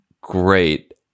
great